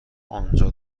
انجا